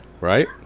Right